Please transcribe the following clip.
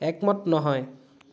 একমত নহয়